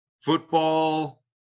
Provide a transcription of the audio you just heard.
Football